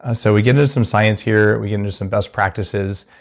ah so we get into some science here. we get into some best practices.